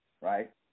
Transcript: right